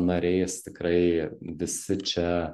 nariais tikrai visi čia